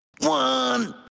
One